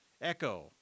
echo